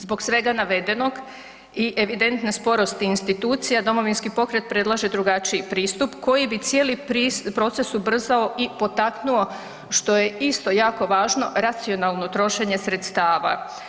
Zbog svega navedenog i evidentne sporosti institucija Domovinski pokret predlaže drugačiji pristup koji bi cijeli proces ubrzao i potaknuo što je isto jako važno racionalno trošenje sredstava.